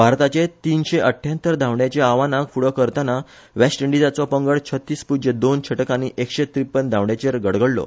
भारताचे तीनशे अठठ्यात्तर धांवडयाचे आव्हानाक फुडो करताना वेस्ट इंडीजाचो पंगड छत्तीस पूज्य दोन छटकांनी एकशे त्रिपन्न धांवडयाचेर घडघडलो